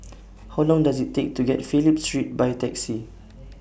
How Long Does IT Take to get to Phillip Street By Taxi